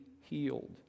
healed